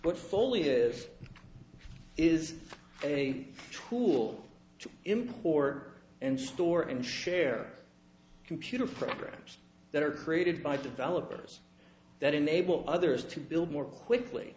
but foley is is a tool to import and store and share computer programs that are created by developers that enable others to build more quickly